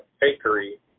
bakery